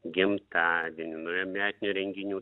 gimtadienių naujametinių renginių